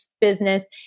business